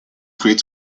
crates